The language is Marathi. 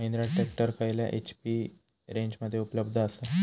महिंद्रा ट्रॅक्टर खयल्या एच.पी रेंजमध्ये उपलब्ध आसा?